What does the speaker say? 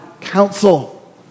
counsel